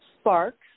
sparks